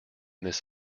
this